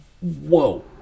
Whoa